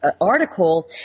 article